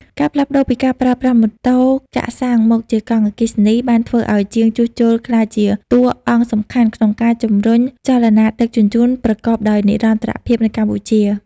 ការផ្លាស់ប្តូរពីការប្រើប្រាស់ម៉ូតូចាក់សាំងមកជាកង់អគ្គិសនី បានធ្វើឱ្យជាងជួសជុលក្លាយជាតួអង្គសំខាន់ក្នុងការជំរុញចលនាដឹកជញ្ជូនប្រកបដោយនិរន្តរភាពនៅកម្ពុជា។